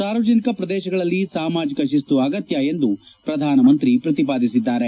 ಸಾರ್ವಜನಿಕ ಪ್ರದೇಶಗಳಲ್ಲಿ ಸಾಮಾಜಿಕ ಶಿಸ್ತು ಅಗತ್ಯ ಎಂದು ಪ್ರಧಾನಮಂತ್ರಿ ಅವರು ಪ್ರತಿಪಾದಿಸಿದ್ದಾರೆ